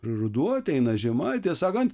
ir ruduo ateina žiema ir tiesą sakant